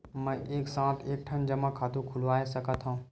मैं एक साथ के ठन जमा खाता खुलवाय सकथव?